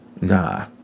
nah